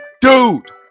Dude